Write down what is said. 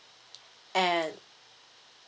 and